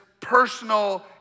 personal